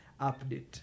update